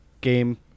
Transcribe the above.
game